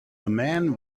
man